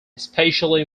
especially